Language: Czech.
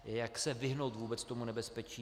Jak se vyhnout vůbec tomu nebezpečí.